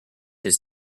his